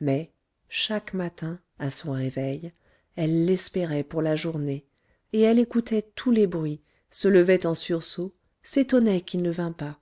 mais chaque matin à son réveil elle l'espérait pour la journée et elle écoutait tous les bruits se levait en sursaut s'étonnait qu'il ne vînt pas